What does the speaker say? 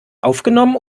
aufgenommen